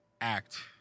act